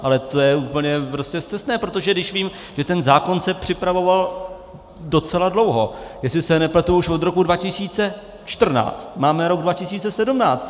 Ale to je prostě úplně scestné, protože když vím, že zákon se připravoval docela dlouho, jestli se nepletu, už od roku 2014 máme rok 2017.